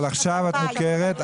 עכשיו את מוכרת.